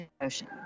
Ocean